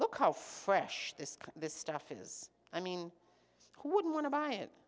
how fresh this this stuff is i mean who wouldn't want to buy